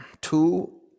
Two